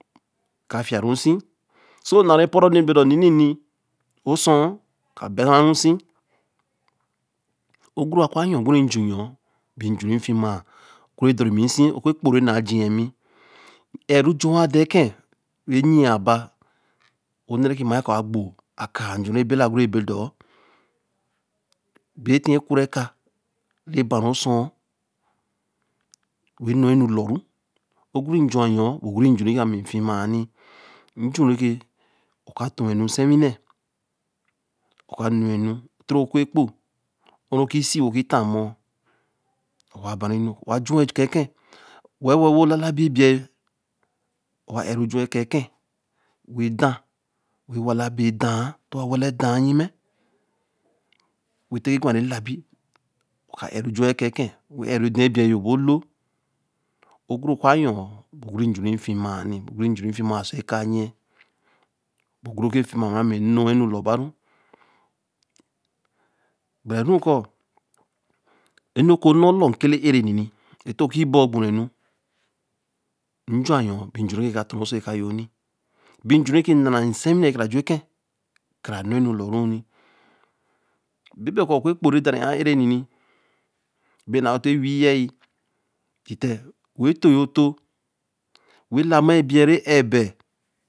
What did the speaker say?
ka fiya ru se, so na re poru re be re nini-nni, osn̄o ka kpere rusin o guru ku yōo guru ejuyoo bi nju re fima oku re dor re mise o ku kpo re nāa j̄i yen mi, ēār ruj̄u wat-an eke wen yin yen baā, o-nne re ki ma yen koō a gbo a kāa nj̄u re bela oguru bo dor, bēe tiyen wure eka re ba ru ōsuo-rēe nn̄o nu lor ru, oguru j̄ u yoō bo oguru nj̄u ra mi fima ya nni, nj̄u re ke oka to wel enu sie wii nne oka n̄no wel enu toro okur kpo ho ru ki si wen ki tāa ninoō, owa bare nu, owa j̄u wen e ka eke, wel-wel wo lalabi ebei yoo, wa j̄u wa eka eke, wa la be e-ta-an, to wawa wala ta-an lyine, wen te ki gwa ru labii, ō ka ēar ru j̄u w e eka eke, wen ēar ru ta-an ebei yoo po lor, oguru ku yoo, be guru kure fima yen nni ra mi enno wa nu lor baā ru gbere ru ku enu ru nn̄o lor ke leē ere nn̄i eto ki bor gbon re nu-nj̄u yoō bere ka ton ra se ka yoo wa nni, bi nj̄u reki nn̄a ra se wü nn̄a ekara j̄u ke kara nn̄o nu lor wa n̄ni, bebe ku oku eko re dor re ēar ēe re n̄ni, be n̄na tōo weii yēei titte, wen to yēe otōo wen lana yēe ebei ēar ebēi